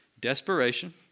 desperation